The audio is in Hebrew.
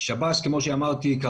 כמו שאמרתי,